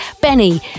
Benny